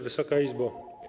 Wysoka Izbo!